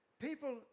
people